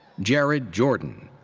jared jordan.